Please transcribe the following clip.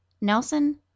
Nelson